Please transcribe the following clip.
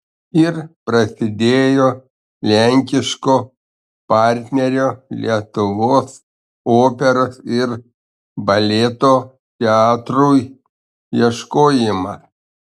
ir prasidėjo lenkiško partnerio lietuvos operos ir baleto teatrui ieškojimas